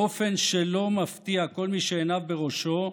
באופן שלא מפתיע כל מי שעיניו בראשו,